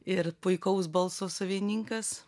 ir puikaus balso savininkas